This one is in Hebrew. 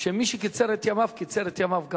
שמי שקיצר את ימיו, קיצר את ימיו גם